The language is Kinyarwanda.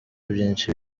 byinshi